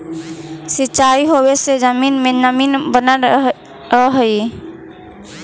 सिंचाई होवे से जमीन में नमी बनल रहऽ हइ